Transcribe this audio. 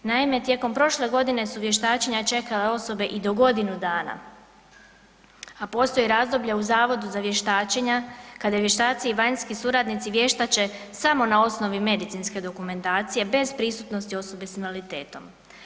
Naime, tijekom prošle godine su vještačenja čekala osobe i do godinu dana a postoje razdoblja u zavodu za vještačenja kad vještaci i vanjski suradnici vještače samo na osnovi medicinske dokumentacije bez prisutnosti osobe sa invaliditetom.